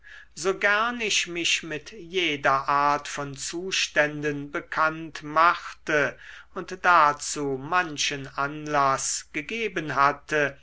so gern ich mich mit jeder art von zuständen bekannt machte und dazu manchen anlaß gehabt hatte